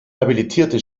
habilitierte